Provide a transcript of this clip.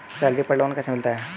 Salary पर loan कैसे मिलता है?